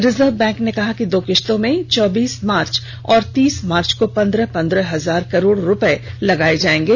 reserve bank ने कहा कि दो किस्तों में चौबीस मार्च और तीस मार्च को पंद्रह पंद्रह हजार करोड़ रुपये लगाए जाएंगे